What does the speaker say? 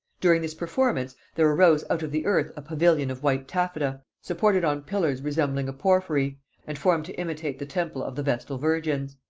during this performance, there arose out of the earth a pavilion of white taffeta, supported on pillars resembling porphyry and formed to imitate the temple of the vestal virgins.